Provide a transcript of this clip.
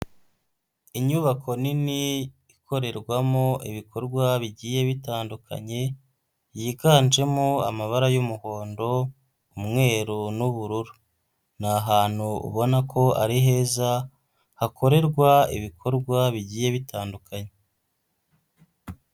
Inyubako nini ikorerwamo ibikorwa bigiye bitandukanye yiganjemo amabara y'umuhondo, umweru n'ubururu, ni ahantu ubona ko ari heza hakorerwa ibikorwa bigiye bitandukanye.